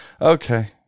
okay